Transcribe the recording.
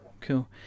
cool